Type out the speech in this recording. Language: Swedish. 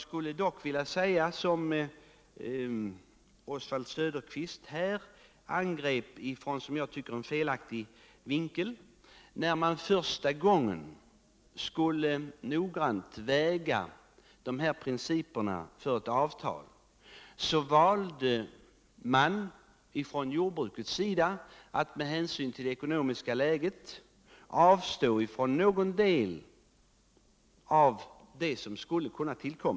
När man första gången noggrant skulle väga dessa principer för ett avtal, valde man från Jordbrukets sida att med hänsyn till det ekonomiska läget avstå från någon del av det som skulle ha kunnat tillkomma.